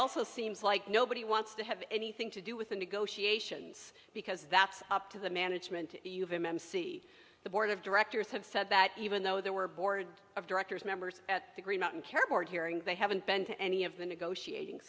also seems like nobody wants to have anything to do with the negotiations because that's up to the management of m m c the board of directors have said that even though there were a board of directors members at the green mountain care board hearing they haven't been to any of the negotiating